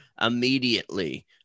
Immediately